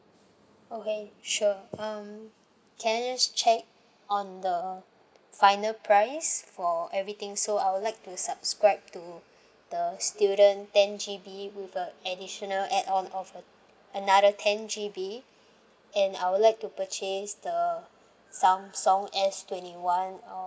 okay sure um can I just check on the final price for everything so I would like to subscribe to the student ten G_B with a additional add-on of uh another ten G_B and I would like to purchase the samsung S twenty one um